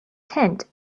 tent